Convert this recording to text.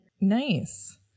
Nice